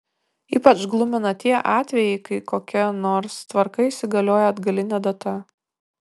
ypač glumina tie atvejai kai kokia nors tvarka įsigalioja atgaline data